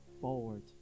forward